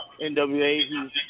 NWA